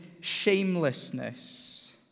shamelessness